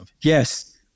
Yes